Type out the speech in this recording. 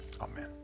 Amen